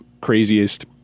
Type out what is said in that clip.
craziest